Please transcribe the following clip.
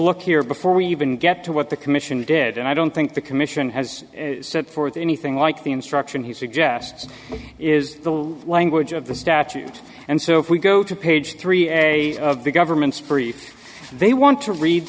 look here before we even get to what the commission did and i don't think the commission has set forth anything like the instruction he suggests is the language of the statute and so if we go to page three of the government's brief they want to read